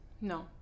No